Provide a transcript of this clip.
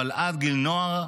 אבל עד גיל נוער,